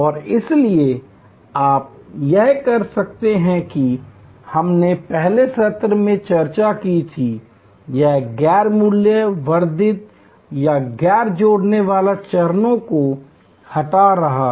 और इसलिए आप यह कर सकते हैं कि हमने पहले सत्र में चर्चा की थी यह गैर मूल्य वर्धित या गैर जोड़ने वाले चरणों को हटा रहा है